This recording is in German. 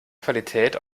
qualität